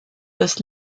das